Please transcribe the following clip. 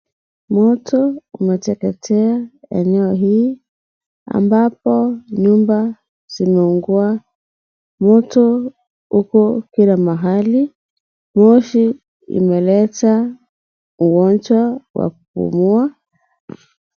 Moto umeteketea eneo hii ambapo nyumba zimeungua. Moto upo kila mahali. Moshi imeleta ugonjwa wa kupumua.